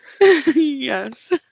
Yes